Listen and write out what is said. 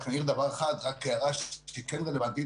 אני רק אעיר הערה שהיא כן רלוונטית.